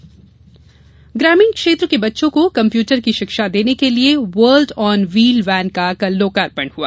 on wheel van ग्रामीण क्षेत्र के बच्चों को कम्प्यूटर की शिक्षा देने के लिए वर्ल्ड ऑन व्हील वैन का कल लोकार्पण हुआ